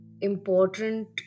important